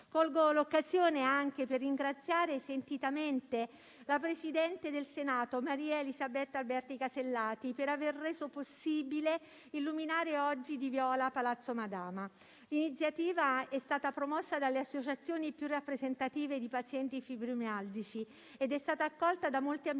Colgo l'occasione anche per ringraziare sentitamente il presidente del Senato Maria Elisabetta Alberti Casellati, per aver reso possibile illuminare oggi di viola Palazzo Madama. L'iniziativa è stata promossa dalle associazioni più rappresentative di pazienti fibromialgici ed è stata accolta da molte amministrazioni,